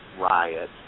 riot